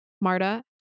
Marta